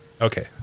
Okay